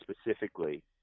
specifically